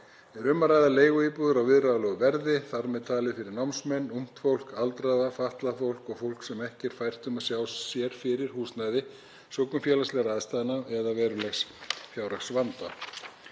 Er um að ræða leiguíbúðir á viðráðanlegu verði, þar með talið fyrir námsmenn, ungt fólk, aldraða, fatlað fólk og fólk sem ekki er fært um að sjá sér fyrir húsnæði sökum félagslegra aðstæðna eða verulegs fjárhagsvanda.